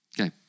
Okay